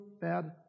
bad